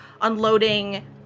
unloading